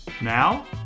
Now